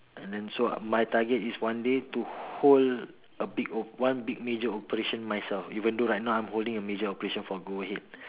and then so my target is one day to hold a big one big major operation myself even though right now I am holding a major operation for go ahead